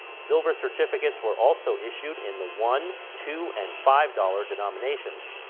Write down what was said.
silver certificates were also issued in the one, two and five dollar denominations.